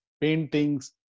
paintings